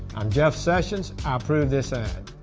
i'm jeff sessions, i approve this ad.